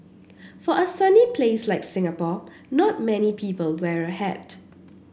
for a sunny place like Singapore not many people wear a hat